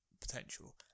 potential